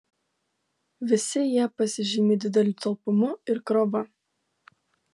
visi jie pasižymi dideliu talpumu ir krova